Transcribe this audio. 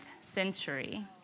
century